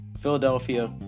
Philadelphia